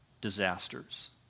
disasters